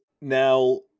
Now